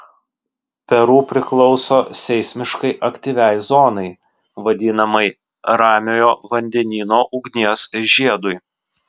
peru priklauso seismiškai aktyviai zonai vadinamai ramiojo vandenyno ugnies žiedui